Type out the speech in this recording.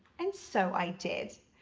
and so i did.